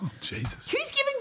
Jesus